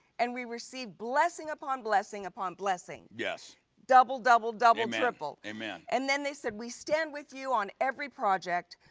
and we receive blessing upon blessing upon blessing. yes. double, double, double, triple. amen. and then they said, we stand with you on every project.